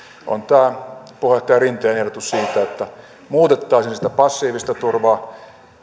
on tämä puheenjohtaja rinteen ehdotus siitä että muutettaisiin sitä passiivista turvaa